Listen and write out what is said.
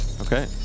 Okay